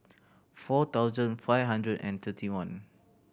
four thousand five hundred and thirty one